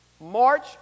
March